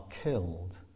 killed